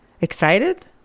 excited